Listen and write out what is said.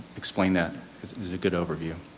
explain that as a good overview.